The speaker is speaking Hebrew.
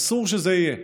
אסור שזה יהיה.